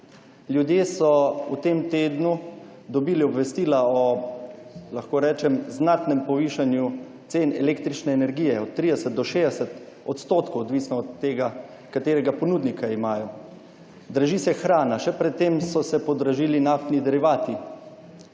Ljudje so v tem tednu dobili obvestila o, lahko rečem, znatnem povišanju cen električne energije – od 30 do 60 %, odvisno od tega, katerega ponudnika imajo. Draži se hrana, še pred tem so se podražili naftni derivati.